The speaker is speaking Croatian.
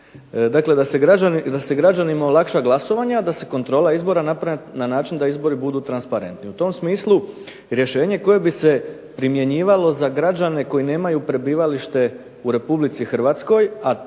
tome da se građanima olakša glasovanje, a da se kontrola izbora napravi na način da izbori budu transparentni. U tom smislu rješenje koje bi se primjenjivalo za građane koji nemaju prebivalište u RH, a imaju